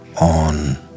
on